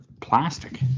plastic